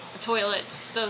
toilets